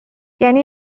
یعنی